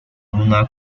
una